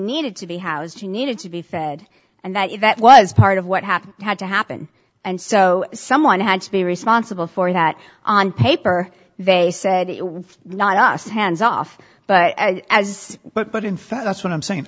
needed to be housed who needed to be fed and that you that was part of what happened had to happen and so someone had to be responsible for that on paper they said it was not us hands off but i as but but in fact that's what i'm saying